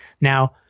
Now